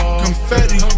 confetti